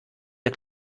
der